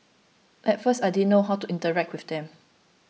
at first I didn't know how to interact with them